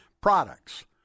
products